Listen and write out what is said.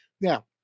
now